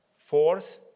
Fourth